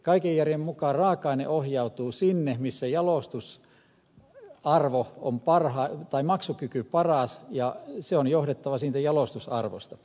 kaiken järjen mukaan raaka aine ohjautuu sinne missä maksukyky on paras ja se on johdettava siitä jalostusarvosta